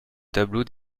tableau